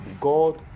god